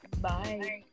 Bye